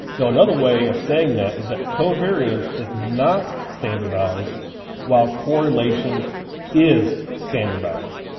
now another way of saying that is that covariance is not standardized while correlation is standardized.